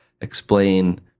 explain